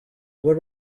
were